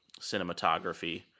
cinematography